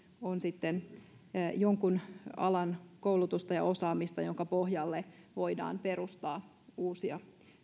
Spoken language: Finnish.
on jonkun alan koulutusta ja osaamista jonka pohjalle voidaan perustaa uusia